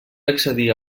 accedir